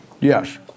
Yes